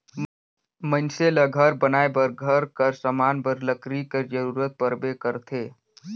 मइनसे ल घर बनाए बर, घर कर समान बर लकरी कर जरूरत परबे करथे